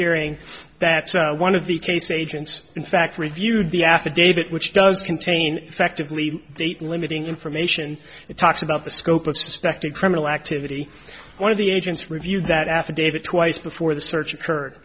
hearing that one of the case agents in fact reviewed the affidavit which does contain effectively date limiting information it talks about the scope of suspected criminal activity one of the agents reviewed that affidavit twice before the search